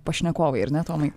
pašnekovai ar ne tomai